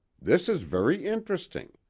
this is very interesting.